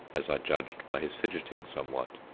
as i judged by his fidgeting somewhat,